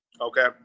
Okay